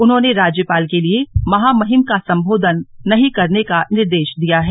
उन्होंने राज्यपाल के लिए महामहिम का सम्बोधन नहीं करने का निर्देश दिया है